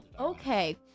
Okay